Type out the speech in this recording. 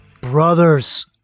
brothers